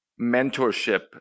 mentorship